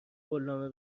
قولنامه